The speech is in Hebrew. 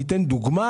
אני אתן דוגמה: